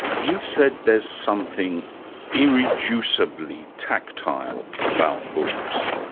you've said there's something irreducibly tactile about books.